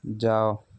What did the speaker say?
ଯାଅ